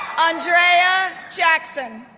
andrea jackson,